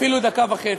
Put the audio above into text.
אפילו דקה וחצי.